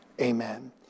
amen